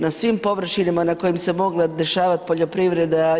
Na svim površinama na kojima se mogla dešavati poljoprivreda.